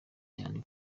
cyane